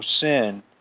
sin